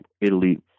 Italy